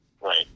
Right